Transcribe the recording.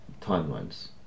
timelines